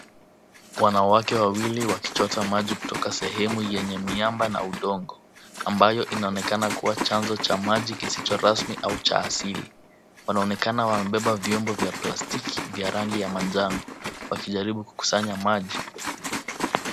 Wanawake wawili wakichota maji kutoka sehemu yenye miamba na udongo ambayo inaonekana kuwa chanzo cha maji kisicho rasmi au cha asili. Wanaonekana wamebeba vyombo vya plastiki vya rangi ya manjano wakijaribu kukusanya maji.